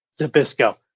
Zabisco